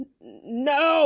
No